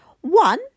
One